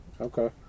Okay